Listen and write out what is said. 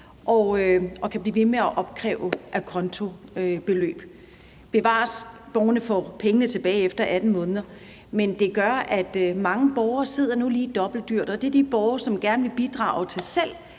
og kan blive ved med at opkræve acontobeløb. Bevares, borgerne får pengene tilbage efter 18 måneder, men det gør, at mange borgere lige nu sidder dobbelt så dyrt i det. Det er de borgere, som gerne vil bidrage til selv